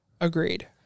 Agreed